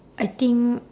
I think